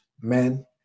men